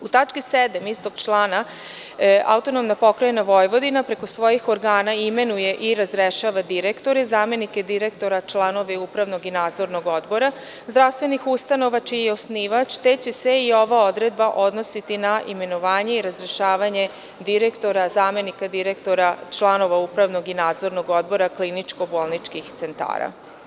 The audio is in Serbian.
U tački 7) istog člana istog člana, AP Vojvodina, preko svojih organa, imenuje i razrešava direktore, zamenike direktora, članove upravnog i nadzornog odbora zdravstvenih ustanova čiji je osnivač, te će se i ova odredba odnositi na imenovanje i razrešavanje direktora, zamenika direktora, članova upravnog i nadzornog odbora kliničko-bolničkih centara.